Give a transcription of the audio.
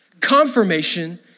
Confirmation